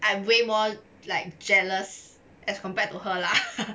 I'm way more like jealous as compared to her lah